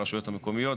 הרשויות המקומיות,